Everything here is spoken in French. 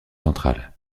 centrale